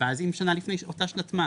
ואז אם שנה לפני אותה שנת מס